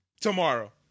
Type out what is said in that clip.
tomorrow